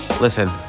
listen